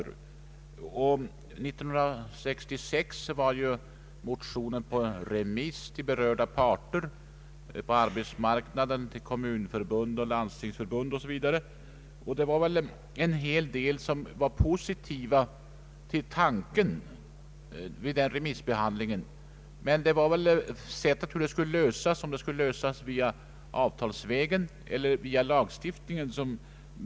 år 1966 var motionen på remiss till berörda parter på arbetsmarknaden, till kommunförbund och landstingsförbund o.s.v. Vid remissbehandlingen var en hel del positiva till tanken. Dock var meningarna beträffande sättet att lösa detta delade — om det skulle ske avtalsvägen eller via lagstiftningen.